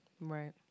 right